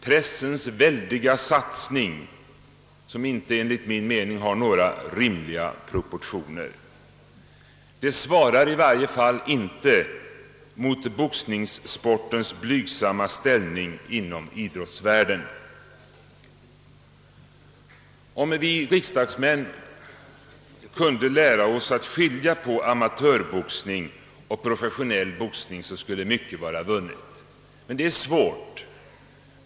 Pressens väldiga satsning har enligt min mening inga rimliga proportioner och svarar i varje fall inte mot boxningssportens blygsamma ställning i idrottsvärlden. Om vi riksdagsmän kunde lära oss att skilja på amatörboxning och professionell boxning skulle mycket vara vunnet, men det är svårt.